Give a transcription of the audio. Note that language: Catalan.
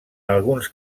alguns